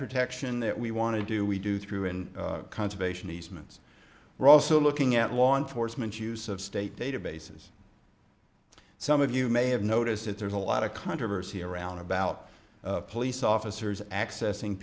protection that we want to do we do through in conservation easements we're also looking at law enforcement use of state databases some of you may have noticed that there's a lot of controversy around about police officers accessing